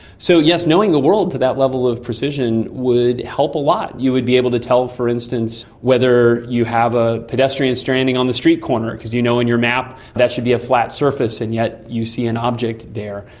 so yes, knowing the world to that level of precision would help a lot. you would be able to tell, for instance, whether you have a pedestrian standing on the street corner because you know in your map that should be a flat surface and yet you see an object there.